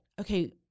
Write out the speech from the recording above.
okay